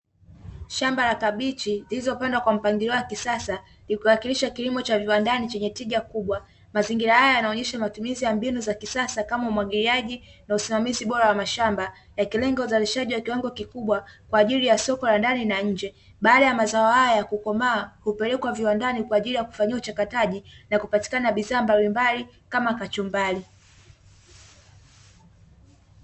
Shamba la kabichi zilizopandwa kwa mpangilio wa kisasa likiwakilisha kilimo cha viwandani chenye tija kubwa, mazingira haya yanaonyesha matumizi ya mbinu za kisasa kama umwagiliaji na usimamizi bora wa mashamba yakilenga uzalishaji wa kiwango kikubwa kwa ajili ya soko la ndani na nje, baada ya mazao haya ya kukomaa kupelekwa viwandani kwa ajili ya kufanyiwa uchakataji na kupatikana bidhaa mbalimbali kama kachumbari.